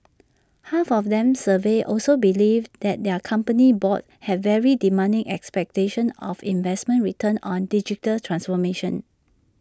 half of them surveyed also believed that their company boards had very demanding expectations of investment returns on digital transformation